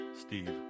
Steve